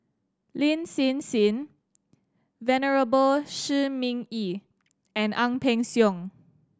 Lin Hsin Hsin Venerable Shi Ming Yi and Ang Peng Siong